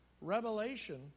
Revelation